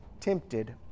tempted